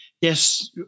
yes